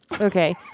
Okay